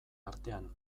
artean